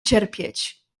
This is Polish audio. cierpieć